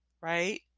Right